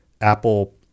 Apple